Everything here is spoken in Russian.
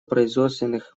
производственных